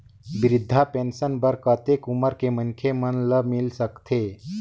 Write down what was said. वृद्धा पेंशन बर कतेक उम्र के मनखे मन ल मिल सकथे?